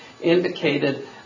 indicated